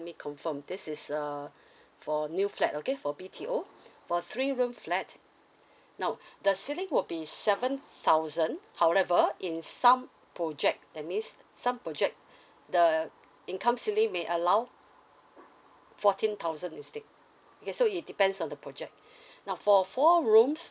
let me confirm this is uh for new flat okay for B_T_O for three room flat now the ceiling will be seven thousand however in some project that means some project the income ceiling may allow fourteen thousand instead okay so it depends on the project now for four rooms